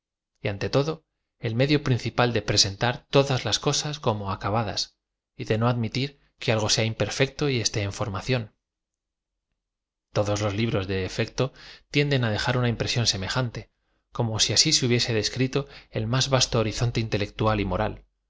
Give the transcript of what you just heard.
v ante todo el medio principal de presentar todas las cosas como acabadas y de no admitir que algo hea imperfecto y esté en formación todos los libros de efecto tiendes dejar una impresión semejante como si así se hubiese descrito el más vasto horizonte inte lectual y moral